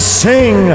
sing